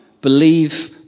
believe